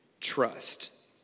trust